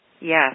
Yes